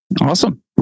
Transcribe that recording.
Awesome